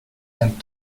and